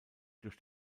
durch